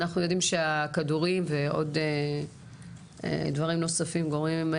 אנחנו יודעים שהכדורים ועוד דברים נוספים גורמים,